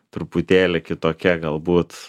truputėlį kitokia galbūt